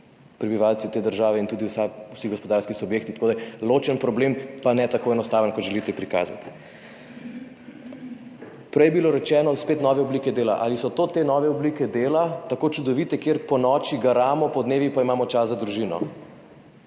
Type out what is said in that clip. prebivalci te države in tudi vsi gospodarski subjekti. Tako da je to ločen problem in ne tako enostaven, kot želite prikazati. Prej je bilo rečeno, spet nove oblike dela. Ali so to te nove oblike dela, tako čudovite, kjer ponoči garamo, podnevi pa imamo čas za družino?